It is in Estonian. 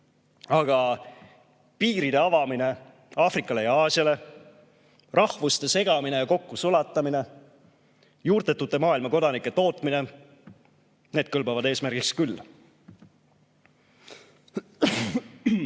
Aga piiride avamine Aafrikale ja Aasiale, rahvuste segamine ja kokkusulatamine, juurtetute maailmakodanike tootmine – need kõlbavad eesmärgiks küll.